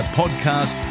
podcast